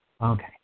Okay